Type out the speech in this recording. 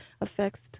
affects